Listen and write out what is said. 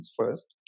first